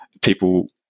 people